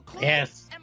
Yes